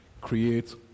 create